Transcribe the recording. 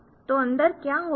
तो अंदर क्या हो रहा है